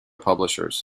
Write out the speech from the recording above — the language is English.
publishers